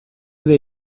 they